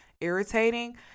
irritating